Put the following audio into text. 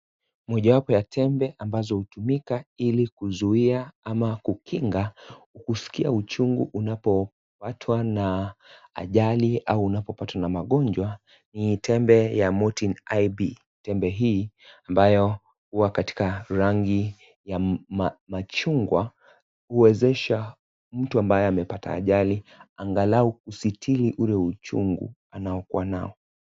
Moja wapo ya tembe ambazo hutumika ili kuzuia ama kukinga kuskia uchungu unappatwa na ajali au unapo patwa na magonjwa ni tembe ya Motin-IB. Tembe hii ambayo huwa katika rangi ya machungwa huwezesha mtu ambayo amepata ajali angalau kusitiri ule uchungu anaokuwa nao.